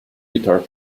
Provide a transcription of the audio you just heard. guitar